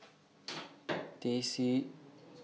Teh C